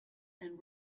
and